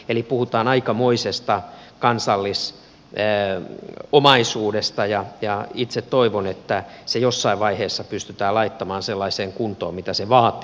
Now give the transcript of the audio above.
eli puhutaan aikamoisesta kansallisomaisuudesta ja itse toivon että se jossain vaiheessa pystytään laittamaan sellaiseen kuntoon mitä se vaatii